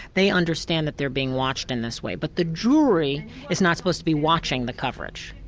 they understand that they're being watched in this way, but the jury is not supposed to be watching the coverage.